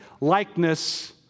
Likeness